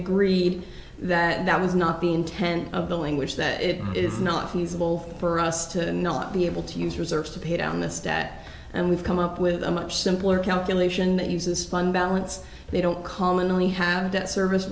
agreed that that was not the intent of the language that it is not feasible for us to not be able to use reserves to pay down that stat and we've come up with a much simpler calculation that uses fund balance they don't commonly have debt service